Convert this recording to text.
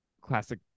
classic